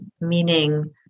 meaning